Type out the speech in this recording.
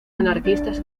anarquistas